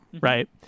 right